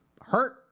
hurt